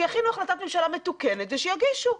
שיכינו החלטת ממשלה מתוקנת ושיגידו,